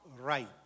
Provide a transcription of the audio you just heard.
right